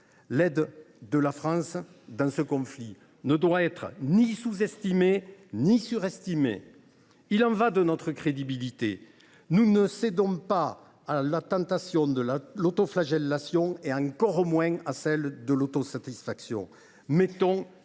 par la France à l’Ukraine ne doit être ni sous estimée ni surestimée ; il y va de notre crédibilité. Ne cédons pas à la tentation de l’autoflagellation et encore moins à celle de l’autosatisfaction : mettons